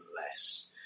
less